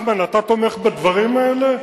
נחמן, אתה תומך בדברים האלה?